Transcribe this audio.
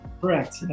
correct